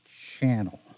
channel